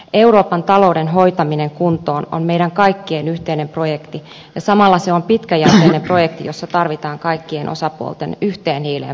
euroopan talouden hoitaminen kuntoon on meidän kaikkien yhteinen projekti ja samalla se on pitkäjänteinen projekti jossa tarvitaan kaik kien osapuolten yhteen hiileen puhaltamista